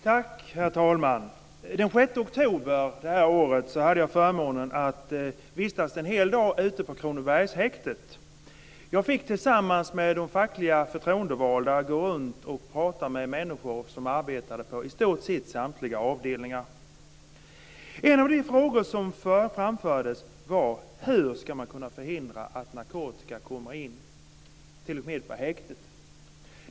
Herr talman! Den 6 oktober det här året hade jag förmånen att vistas en hel dag ute på Kronobergshäktet. Jag fick tillsammans med de fackliga förtroendevalda gå runt och prata med människor som arbetade på i stort sett samtliga avdelningar. En av de frågor som framfördes var: Hur ska man kunna förhindra att narkotika kommer in t.o.m. på häktet?